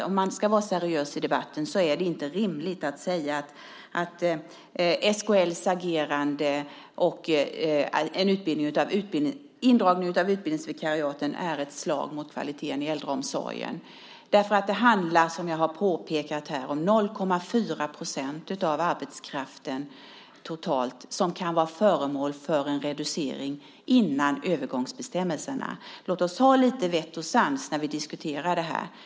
Om man ska vara seriös i debatten är det inte rimligt att säga att SKL:s agerande och indragningen av utbildningsvikariaten är ett slag mot kvaliteten i äldreomsorgen. Det är 0,4 % av arbetskraften som kan vara föremål för en reducering innan övergångsbestämmelserna. Låt oss ha lite vett och sans när vi diskuterar det här!